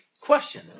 question